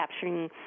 capturing